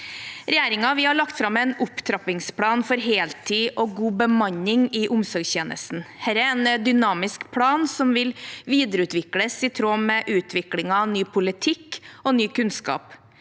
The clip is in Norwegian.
Regjeringen har lagt fram en opptrappingsplan for heltid og god bemanning i omsorgstjenesten. Dette er en dynamisk plan som vil videreutvikles i tråd med utviklingen av ny politikk og ny kunnskap.